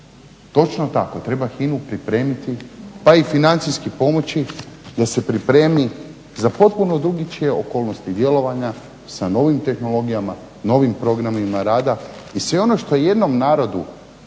Točno tako treba HINA-u pripremiti pa i financijski pomoći da se pripremi za potpuno drugačije okolnosti djelovanja, sa novim tehnologijama, novim programima rada i sve ono što jednom narodu